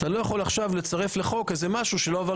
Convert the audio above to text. אז אתה לא יכול עכשיו לצרף לחוק משהו שלא עבר